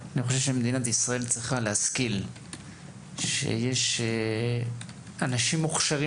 אני חושב שמדינת ישראל צריכה להשכיל שיש אנשים מוכשרים